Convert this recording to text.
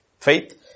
faith